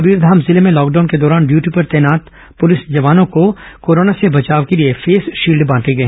उधर कबीरघाम जिले में लॉकडाउन के दौरान ड्यूटी पर तैनात पुलिस जवानों को कोरोना से बचाव के लिए फेस शील्ड बांटे गए